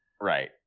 right